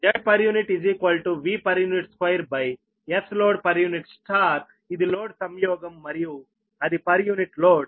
Zpu 2 Sloadpu ఇది load సంయోగం మరియు అది పర్ యూనిట్ లోడ్